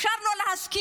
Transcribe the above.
אפשר לא להסכים,